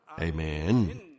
Amen